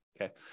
okay